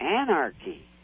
anarchy